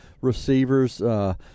receivers